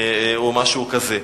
או משהו כזה.